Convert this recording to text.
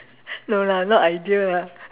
no lah not ideal lah